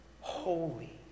Holy